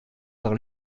par